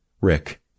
Rick